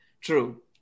True